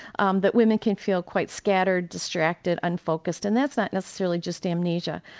um that women can feel quite scattered, distracted, unfocussed. and that's not necessarily just amnesia.